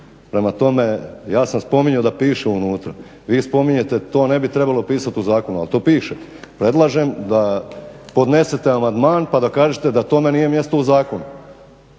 Prema tome, ja sam spominjao da piše unutra. Vi spominjete, to ne bi trebalo pisati u zakonu, ali to piše. Predlažem da podnesete amandman pa da kažete da tome nije mjesto u zakonu.